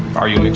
are you